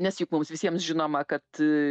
nes juk mums visiems žinoma kad